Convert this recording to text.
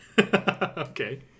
Okay